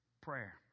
prayer